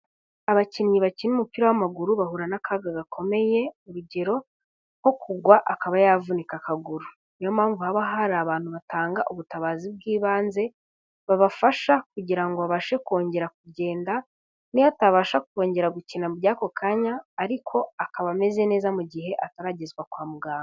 Abakinnyi bakina umupira w'amaguru bahura n'akaga gakomeye, urugero nko kugwa akaba yavunika akaguru. Ni yo mpamvu haba hari abantu batanga ubutabazi bw'ibanze, babafasha kugira ngo babashe kongera kugenda, n'iyo atabasha kongera gukina by'ako kanya ariko akaba ameze neza mu gihe ataragezwa kwa muganga.